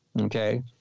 Okay